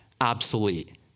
obsolete